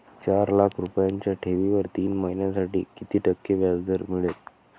चार लाख रुपयांच्या ठेवीवर तीन महिन्यांसाठी किती टक्के व्याजदर मिळेल?